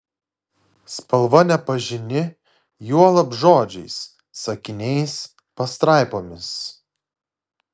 spalva nepažini juolab žodžiais sakiniais pastraipomis